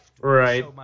Right